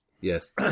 Yes